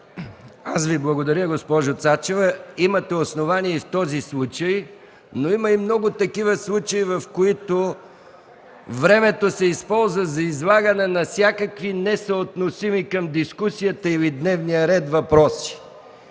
Аз Ви благодаря, госпожо Цачева. Имате основание в този случай, но има и много случаи, в които времето се използва за излагане на всякакви, несъотносими към дискусията или дневния ред въпроси.